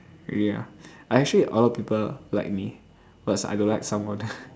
really ah I actually a lot of people like me but I don't like someone